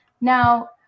Now